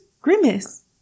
Grimace